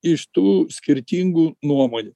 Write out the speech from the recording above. iš tų skirtingų nuomonių